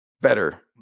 better